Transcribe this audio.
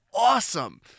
awesome